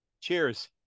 Cheers